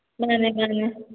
ꯃꯥꯅꯦ ꯃꯥꯅꯦ